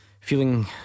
feeling